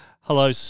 hello